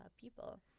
people